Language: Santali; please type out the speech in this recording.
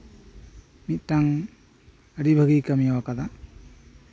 ᱢᱤᱫᱴᱟᱝ ᱟᱹᱰᱤᱵᱷᱟᱹᱜᱤᱭ ᱠᱟᱹᱢᱤ ᱟᱠᱟᱫᱟ